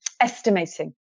estimating